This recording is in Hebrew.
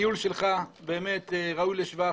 הניהול שלך באמת ראוי לשבח.